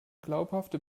glaubhafte